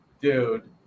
Dude